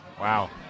Wow